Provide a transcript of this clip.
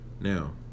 now